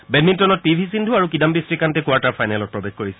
বেডমিণ্টনত P V Sindhu আৰু কিদান্নী শ্ৰীকান্তে quarter ফাইনেলত প্ৰৱেশ কৰিছে